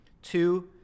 Two